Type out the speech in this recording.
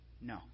No